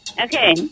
Okay